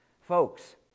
Folks